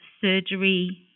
surgery